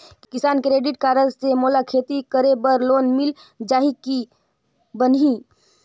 किसान credit card से मोला खेती करे बर लोन मिल जाहि की बनही??